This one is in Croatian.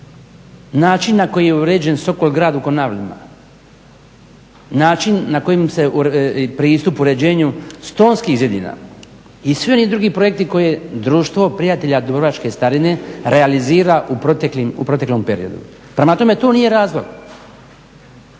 način na koji je uređen Sokol grad u Konavlima, način na kojim se, pristup uređenju stonskih zidina i svi oni drugi projekti koje Društvo prijatelja dubrovačke starine realizira u proteklom periodu. Prema tome to nije razlog.